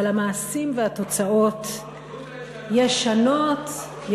אבל המעשים והתוצאות ישנות-ישנות.